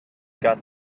got